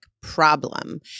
problem